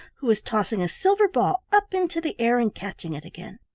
who was tossing a silver ball up into the air and catching it again.